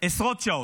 עשרות שעות,